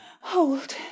hold